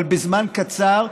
אבל בזמן קצר,